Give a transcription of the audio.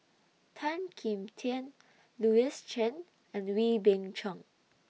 Tan Kim Tian Louis Chen and Wee Beng Chong